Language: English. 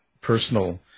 personal